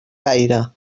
gaire